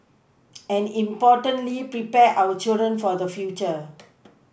and importantly prepare our children for the future